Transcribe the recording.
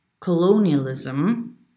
colonialism